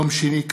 יום שני,